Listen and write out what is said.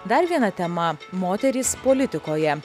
dar viena tema moterys politikoje